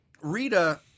Rita